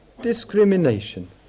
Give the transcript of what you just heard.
discrimination